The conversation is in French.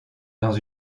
dans